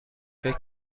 فکر